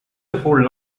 before